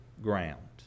ground